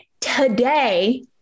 Today